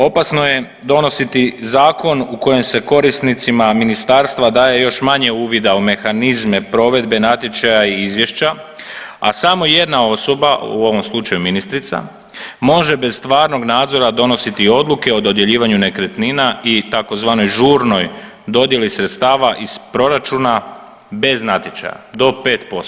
Opasno je donositi zakon u kojem se korisnicima Ministarstva daje još manje uvida u mehanizme provedbe natječaja i izvješća, a samo jedna osoba, u ovom slučaju ministrica može bez stvarnog nadzora donositi odluke o dodjeljivanju nekretnina i tzv. žurnoj dodjeli sredstava iz proračuna bez natječaja do 5%